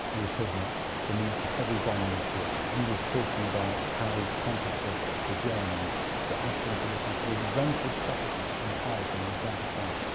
he was talking about the need for heavy bombing of britain. he was talking about how he'd contacted the germans to ask them to look after his rented properties in paris and the south of france.